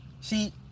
See